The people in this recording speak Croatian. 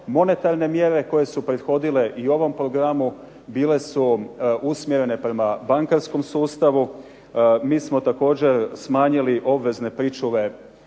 Monetarne mjere koje su prethodile i ovom programu bile su usmjerene prema bankarskom sustavu. Mi smo također smanjili obvezne pričuve